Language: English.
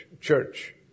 church